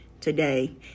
today